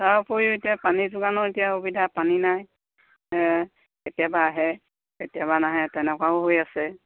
তাৰ উপৰিও এতিয়া পানী যোগানো এতিয়া অসুবিধা পানী নাই কেতিয়াবা আহে কেতিয়াবা নাহে তেনেকুৱাও হৈ আছে